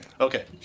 Okay